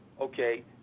okay